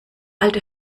alte